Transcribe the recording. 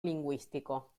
lingüístico